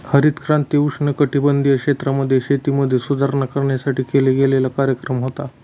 हरित क्रांती उष्णकटिबंधीय क्षेत्रांमध्ये, शेतीमध्ये सुधारणा करण्यासाठी केला गेलेला कार्यक्रम होता